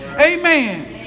Amen